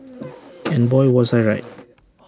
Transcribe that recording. and boy was I right